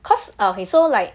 cause ah okay so like